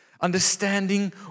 Understanding